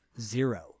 Zero